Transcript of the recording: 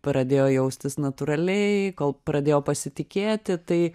pradėjo jaustis natūraliai kol pradėjo pasitikėti tai